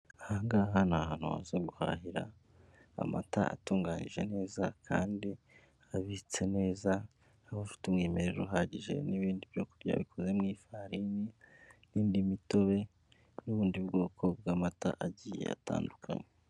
Aha ngaha ni ahantu waza guhahira amata atunganyije neza kandi abitse neza aba afite umwimerere uhagije n'ibindi byo kurya bikoze mu ifarini n'indi mitobe n'ubundi bwoko bw'amata agiye atandukanye.